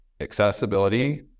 accessibility